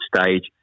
stage